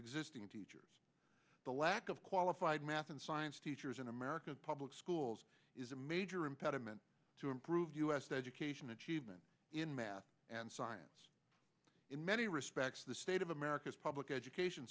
existing teachers the lack of qualified math and science teachers in american public schools is a major impediment to improve u s education achievement in math and science in many respects the state of america's public education